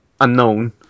unknown